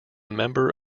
member